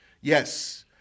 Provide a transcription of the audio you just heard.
Yes